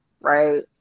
right